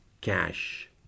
cash